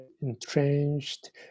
entrenched